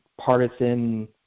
partisan